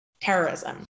terrorism